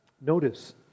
Notice